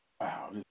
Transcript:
Wow